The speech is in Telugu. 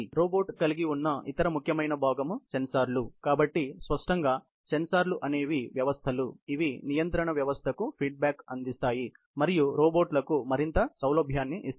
రోబోట్ కలిగి ఉన్న ఇతర ముఖ్యమైన భాగం సెన్సార్లు కాబట్టి స్పష్టంగా సెన్సార్లు అనేవి వ్యవస్థలు ఇవి నియంత్రణ వ్యవస్థకు ఫీడ్బ్యాక్ అందిస్తాయి మరియు రోబోట్లకు మరింత సౌలభ్యాన్ని ఇస్తాయి